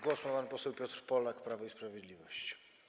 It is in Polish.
Głos ma pan poseł Piotr Polak, Prawo i Sprawiedliwość.